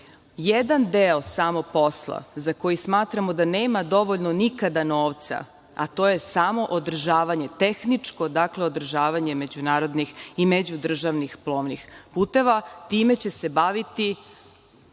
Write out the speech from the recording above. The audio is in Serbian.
deo samog posla, za koji smatramo da nema dovoljno nikada novca, a to je samoodržavanje, tehničko održavanje međunarodnih i međudržavnih plovnih puteva, time će se baviti